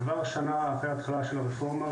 כבר שנה אחרי ההתחלה של הרפורמה,